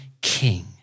king